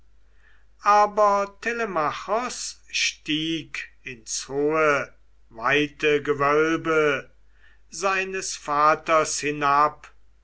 aber telemachos stieg ins hohe weite gewölbe seines vaters hinab